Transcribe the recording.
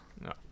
No